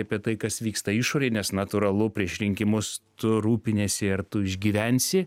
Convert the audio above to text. apie tai kas vyksta išorėj nes natūralu prieš rinkimus tu rūpiniesi ar tu išgyvensi